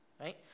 right